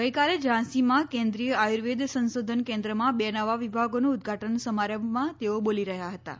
ગઈકાલે ઝાંસીમાં કેન્રીયુય આયુર્વેદ સંશોધન કેન્છમાં બે નવા વિભાગોનાં ઉદધાટન સંમારભમાં તેઓ બોલી રહ્યા હતાં